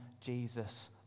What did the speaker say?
Jesus